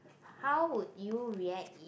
how would you react if